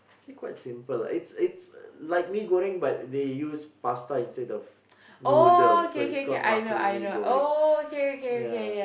actually quite simple like it's it's like mee-goreng but they use pasta instead of noodle so it's called macaroni goreng ya